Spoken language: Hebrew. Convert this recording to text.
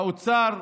האוצר,